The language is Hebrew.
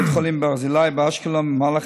בבית חולים ברזילי באשקלון טופלו במהלך